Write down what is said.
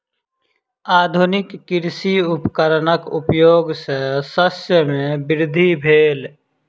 आधुनिक कृषि उपकरणक उपयोग सॅ शस्य मे वृद्धि भेल